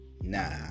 Nah